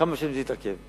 כמה שנים זה התעכב?